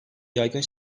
yaygın